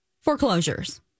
foreclosures